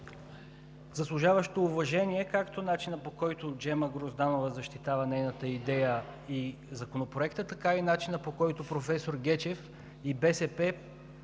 заслужаващ уважение както начинът, по който Джема Грозданова защитава нейната идея и Законопроекта, така и начинът, по който професор Гечев и БСП